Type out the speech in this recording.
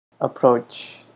approach